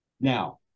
Now